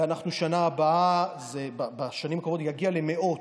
ובשנים הקרובות זה יגיע למאות.